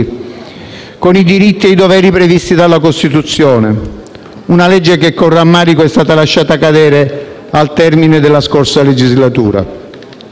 con i diritti e i doveri previsti dalla Costituzione (una legge che con rammarico è stata lasciata cadere al termine della scorsa legislatura);